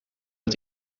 het